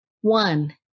One